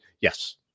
yes